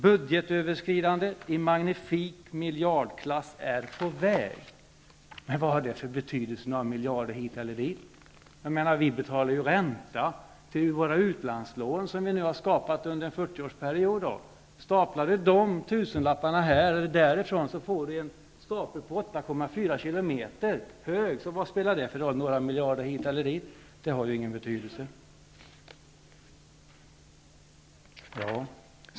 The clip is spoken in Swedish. Budgetöverskridande i magnifik miljardklass är på väg. Men vad har det för betydelse med några miljarder hit eller dit. Vi betalar ju ränta på våra utlandslån som vi har skapat under en fyrtioårsperiod. Staplar vi dessa tusenlappar på varandra får vi en stapel som är 8,4 kilometer hög. Vad spelar det då för roll med några miljarder hit eller dit? Det har ju ingen betydelse.